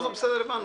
הבנו.